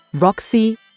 Roxy